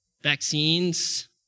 Vaccines